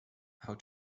how